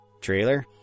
trailer